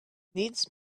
needs